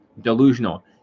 Delusional